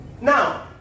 Now